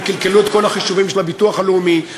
הם קלקלו את כל החישובים של הביטוח הלאומי,